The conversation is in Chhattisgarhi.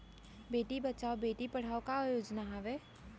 बेटी बचाओ बेटी पढ़ाओ का योजना हवे?